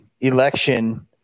election